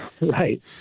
Right